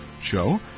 show